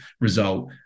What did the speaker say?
result